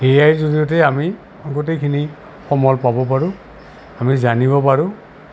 এ আইৰ জৰিয়তে আমি গোটেইখিনি সমল পাব পাৰোঁ আমি জানিব পাৰোঁ